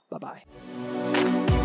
Bye-bye